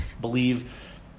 believe